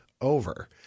over